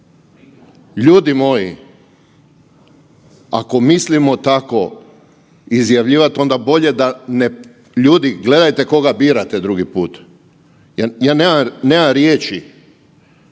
Ljudi moji, ako mislimo tako izjavljivat onda bolje da ne, ljudi gledajte koga birate drugi put. Ja nemam riječi,